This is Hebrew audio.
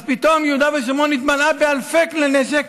אז פתאום יהודה ושומרון התמלאו באלפי כלי נשק,